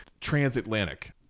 transatlantic